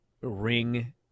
ring